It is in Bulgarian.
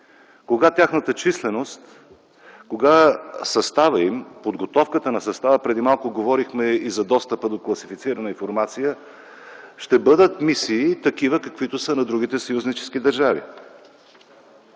Кога тяхната численост, кога съставът им и подготовката на състава им – преди малко говорихме за достъпа до класифицирана информация – ще бъдат, каквито са на другите съюзнически държави?